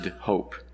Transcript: hope